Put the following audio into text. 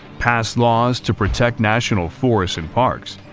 passed laws to protect national forests and parks,